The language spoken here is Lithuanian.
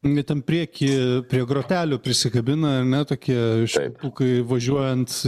mi tam prieky prie grotelių prisikabina ane tokie švilpukai važiuojant